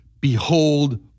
behold